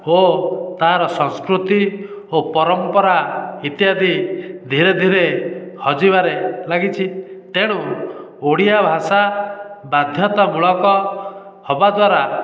ଓ ତା'ର ସଂସ୍କୃତି ଓ ପରମ୍ପରା ଇତ୍ୟାଦି ଧୀରେ ଧୀରେ ହଜିବାରେ ଲାଗିଛି ତେଣୁ ଓଡ଼ିଆ ଭାଷା ବାଧ୍ୟତାମୂଳକ ହେବାଦ୍ୱାରା